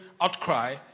outcry